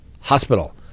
hospital